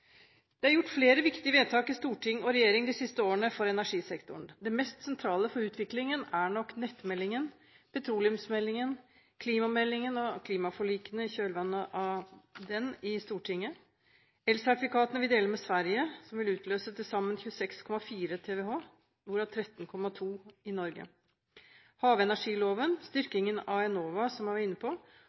Det er gjort flere viktige vedtak i storting og regjering de siste årene for energisektoren. Det mest sentrale for utviklingen er nok nettmeldingen, petroleumsmeldingen, klimameldingen og klimaforlikene i kjølvannet av den i Stortinget, elsertifikatene vi deler med Sverige, som vil utløse til sammen 26,4 TWh, hvorav 13,2 i Norge, havenergiloven, styrkingen av Enova, som jeg var inne på,